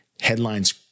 headlines